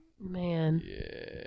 Man